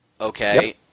okay